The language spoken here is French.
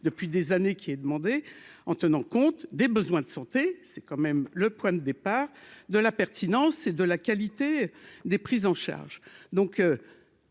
depuis des années, qui est demandé, en tenant compte des besoins de santé, c'est quand même le point de départ de la pertinence et de la qualité des prises en charge